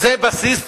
זה בסיס צבאי.